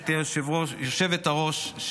גברתי היושבת-ראש,